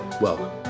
welcome